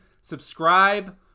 subscribe